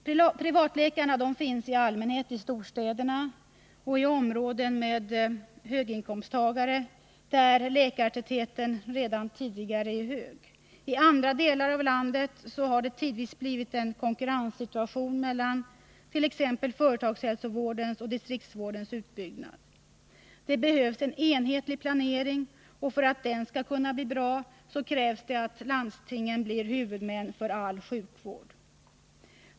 Privatläkarna finns i allmänhet i storstäder och i områden med höginkomsttagare, där läkartätheten redan tidigare är hög. I andra delar av landet har det tidvis uppstått en situation med konkurrens mellan företagshälsovårdens och distriktsvårdens utbyggnad. Det behövs en enhetlig planering, och för att den skall kunna bli bra krävs att landstingen blir huvudmän för all sjukvård.